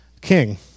king